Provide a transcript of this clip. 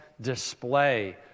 display